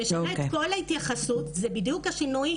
שמשנה את כל ההתייחסות זה בדיוק השינוי